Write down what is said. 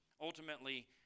Ultimately